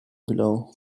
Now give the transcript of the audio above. below